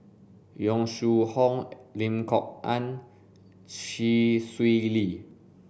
Yong Shu Hoong Lim Kok Ann Chee Swee Lee